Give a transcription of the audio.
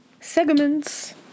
segments